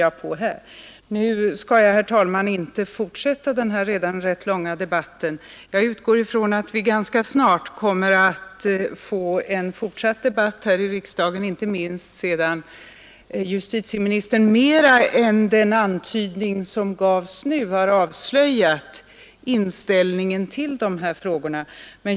Jag skall inte, herr talman, fortsätta den redan rätt långa debatten. Jag utgår från att vi ganska snart kommer att få en fortsatt debatt i riksdagen, inte minst sedan justitieministern mera än i den antydning som gavs nu har avslöjat inställningen till de här frågorna.